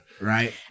right